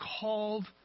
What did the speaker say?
called